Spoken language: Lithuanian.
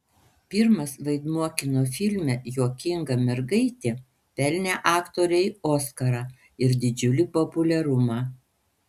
pirmas vaidmuo kino filme juokinga mergaitė pelnė aktorei oskarą ir didžiulį populiarumą